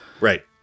Right